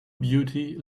beauty